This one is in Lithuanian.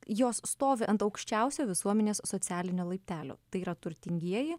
jos stovi ant aukščiausio visuomenės socialinio laiptelio tai yra turtingieji